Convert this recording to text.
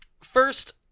First